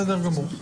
תכף.